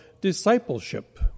Discipleship